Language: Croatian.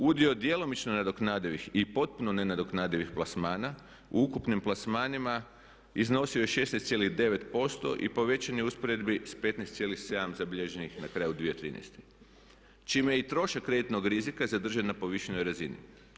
Udio djelomično nadoknadivih i potpuno nenadoknadivih plasmana u ukupnim plasmanima iznosio je 16,9% i povećan je u usporedbi s 15,7% zabilježenih na kraju 2013. čime je i trošak kreditnog rizika zadržan na povišenoj razini.